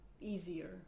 easier